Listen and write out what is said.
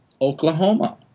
Oklahoma